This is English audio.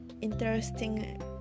interesting